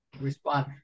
respond